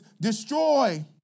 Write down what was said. destroy